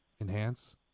enhance